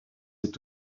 est